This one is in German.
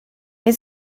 wir